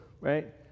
right